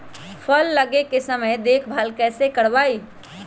फल लगे के समय देखभाल कैसे करवाई?